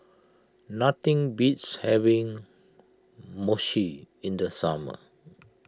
nothing beats having Mochi in the summer